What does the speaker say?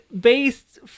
based